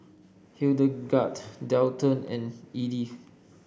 Hildegarde Dalton and Edyth